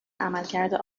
عملکرد